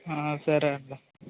సరే అండి